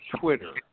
Twitter